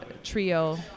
trio